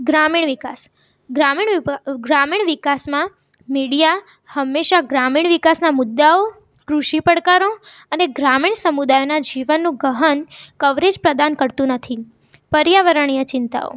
ગ્રામીણ વિકાસ ગ્રામીણ વિભા ગ્રામીણ વિકાસમાં મીડિયા હંમેશાં ગ્રામીણ વિકાસના મુદ્દાઓ કૃષિ પડકારો અને ગ્રામીણ સમુદાયોના જીવનનું ગહન કવરેજ પ્રદાન કરતું નથી પર્યાવરણીય ચિંતાઓ